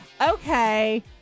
Okay